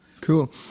Cool